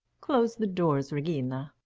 close the doors, regina.